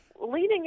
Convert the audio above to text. leaning